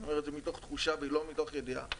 אני אומר את זה מתוך תחושה ולא מתוך ידיעה,